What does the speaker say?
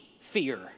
fear